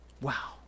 Wow